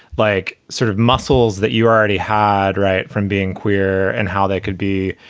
like, sort of muscles that you already had. right. from being queer and how they could be